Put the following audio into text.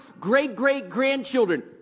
great-great-grandchildren